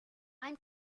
i’m